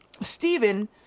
Stephen